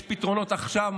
יש פתרונות עכשיו,